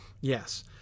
Yes